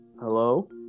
Hello